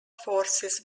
forces